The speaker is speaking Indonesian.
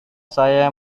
saya